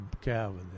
Calvin